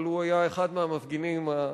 אבל הוא היה אחד המפגינים הפעילים.